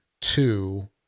two